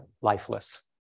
lifeless